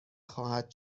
خواهد